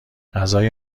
غذای